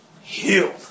healed